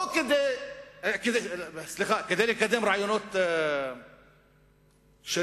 כדי לקדם רעיונות של